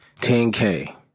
10K